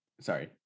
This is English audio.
sorry